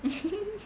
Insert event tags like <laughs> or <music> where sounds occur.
<laughs>